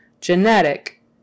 genetic